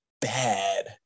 bad